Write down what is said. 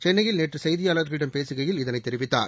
சென்னையில் நேற்று செய்தியாளர்களிடம் பேசுகையில் இதனை தெரிவித்தார்